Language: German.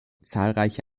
zahlreiche